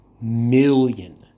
million